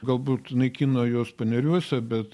galbūt naikino juos paneriuose bet